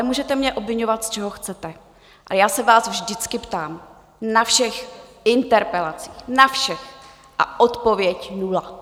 Můžete mě obviňovat, z čeho chcete, ale já se vás vždycky ptám, na všech interpelacích, na všech, a odpověď nula.